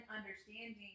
understanding